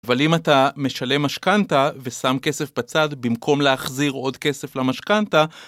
אבל אם אתה משלם משכנתא ושם כסף בצד במקום להחזיר עוד כסף למשכנתא